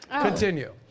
Continue